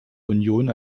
union